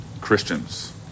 Christians